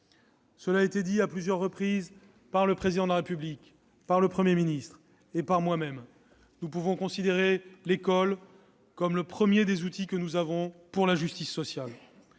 Cela a été dit à plusieurs reprises par le Président de la République, le Premier ministre et moi-même. Nous pouvons considérer l'école comme le premier des outils dont nous disposons pour la justice sociale.